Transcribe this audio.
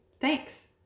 thanks